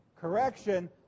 Correction